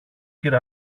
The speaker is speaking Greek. κυρ